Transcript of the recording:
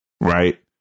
right